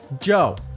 Joe